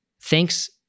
thanks